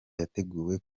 yateguwe